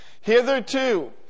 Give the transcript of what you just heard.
Hitherto